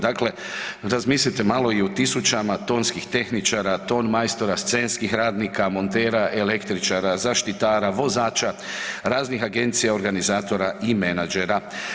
Dakle, razmislite malo i o tisućama tonskih tehničara, ton majstora, scenskih radnika, montera, električara, zaštitara, vozača, raznih agencija organizatora i menadžera.